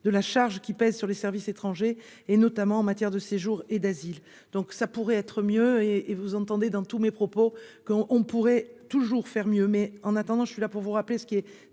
de la charge qui pèse sur les services étrangers et notamment en matière de séjour et d'asile, donc ça pourrait être mieux et et vous entendez dans tous mes propos qu'on on pourrait toujours faire mieux mais en attendant, je suis là pour vous rappeler ce qui est